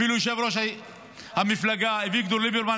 אפילו יושב-ראש המפלגה אביגדור ליברמן